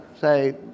say